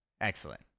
Excellent